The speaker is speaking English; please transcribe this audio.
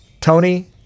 Tony